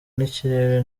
n’ikirere